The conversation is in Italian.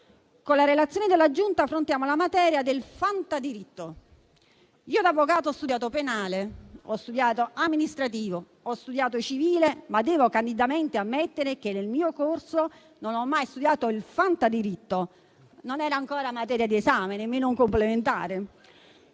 Con la relazione della Giunta affrontiamo la materia del fantadiritto. Da avvocato ho studiato diritto penale, amministrativo e civile, ma devo candidamente ammettere che nel mio corso non ho mai studiato il fantadiritto, non era ancora materia di esame, nemmeno complementare.